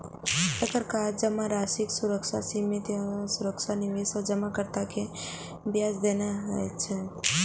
एकर काज जमाराशिक सुरक्षा, सीमित आ सुरक्षित निवेश आ जमाकर्ता कें ब्याज देनाय होइ छै